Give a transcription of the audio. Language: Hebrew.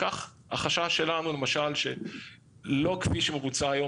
וכך החשש שלנו למשל שלא כפי שמבוצע היום